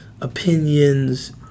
opinions